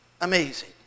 amazing